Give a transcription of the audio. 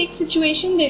situation